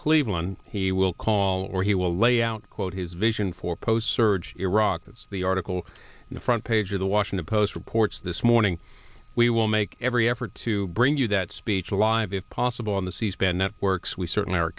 cleveland he will call or he will lay out quote his vision for post surge iraq has the article on the front page of the washington post reports this morning we will make every effort to bring you that speech alive if possible on the c span networks we certainly are